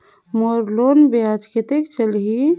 मोर loan ब्याज कतेक चलही?